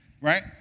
right